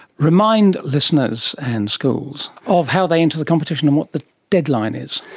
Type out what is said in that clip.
remind listeners and schools of how they enter the competition and what the deadline is.